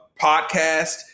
podcast